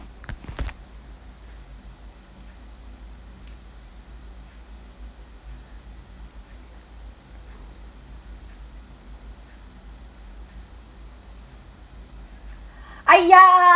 !aiya!